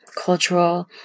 cultural